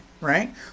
right